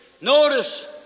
Notice